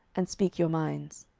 and speak your minds.